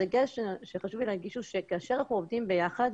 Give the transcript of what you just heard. הדגש שחשוב לי להגיד הוא שכאשר אנחנו עובדים ביחד,